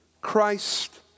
Christ